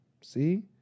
See